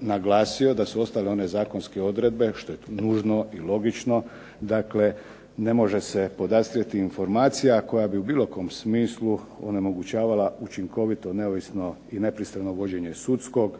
naglasio da su ostale one zakonske odredbe što je nužno i logično. Dakle, ne može se podastrijeti informacija koja bi u bilo kom smislu onemogućavala učinkovito, neovisno i nepristrano vođenje sudskog,